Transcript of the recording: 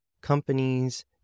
companies